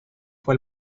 fue